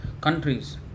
countries